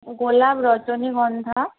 গোলাপ রজনীগন্ধা